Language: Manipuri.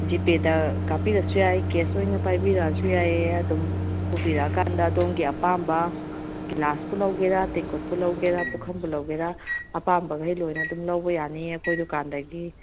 ꯖꯤꯄꯦꯗ ꯀꯥꯞꯄꯤꯔꯁꯨ ꯌꯥꯏ ꯀꯦꯁ ꯑꯣꯏꯅ ꯄꯥꯏꯕꯤꯔꯛꯑꯁꯨ ꯌꯥꯏꯌꯦ ꯑꯗꯨꯝ ꯄꯨꯕꯤꯔꯛꯑꯀꯥꯟꯗ ꯑꯗꯣꯝꯒꯤ ꯑꯄꯥꯝꯕ ꯒꯤꯂꯥꯁꯄꯨ ꯂꯧꯒꯦꯔꯥ ꯇꯦꯡꯀꯣꯠꯄꯨ ꯂꯧꯒꯦꯔꯥ ꯄꯨꯈꯝꯕꯨ ꯂꯧꯒꯦꯔꯥ ꯑꯄꯥꯝꯕ ꯃꯈꯩ ꯑꯗꯨꯝ ꯂꯣꯏꯅ ꯂꯧꯕ ꯌꯥꯅꯤ ꯑꯩꯈꯣꯏ ꯗꯨꯀꯥꯟꯗꯒꯤ